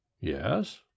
Yes